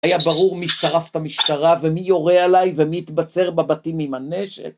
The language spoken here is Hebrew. היה ברור מי שרף את המשטרה ומי יורה עליי ומי התבצר בבתים עם הנשק